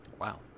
Wow